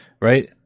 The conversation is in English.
right